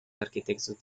arquitectos